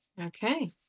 Okay